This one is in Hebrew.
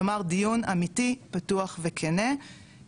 כלומר דיון אמיתי פתוח וכנה,